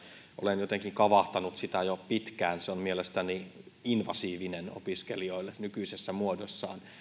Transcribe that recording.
olen jotenkin kavahtanut sitä jo pitkään se on mielestäni invasiivinen opiskelijoille nykyisessä muodossaan siis